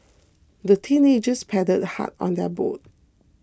the teenagers paddled hard on their boat